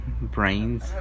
brains